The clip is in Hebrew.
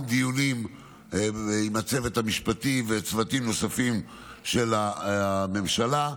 דיונים עם הצוות המשפטי וצוותים נוספים של הממשלה.